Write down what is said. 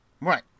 right